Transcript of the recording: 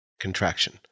contraction